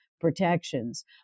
protections